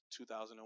2001